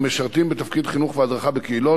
המשרתים בתפקיד חינוך והדרכה בקהילות,